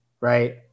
Right